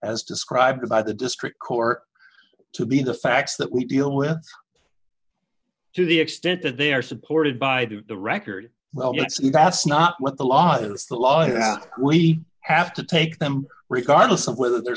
as described by the district court to be the facts that we deal with to the extent that they are supported by the record well that's a that's not what the law is the law we have to take them regardless of whether they're